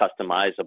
customizable